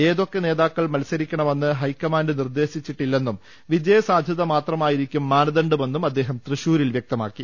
ഏതൊക്കെ നേതാക്കൾ മത്സരി ക്കണമെന്ന് ഹൈക്കമാന്റ് നിർദേശിച്ചിട്ടില്ലെന്നും വിജയസാധ്യത മാത്രമായിരിക്കും മാനദണ്ഡമെന്നും അദ്ദേഹം തൃശൂരിൽ വ്യക്ത മാക്കി